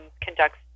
conducts